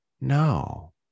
no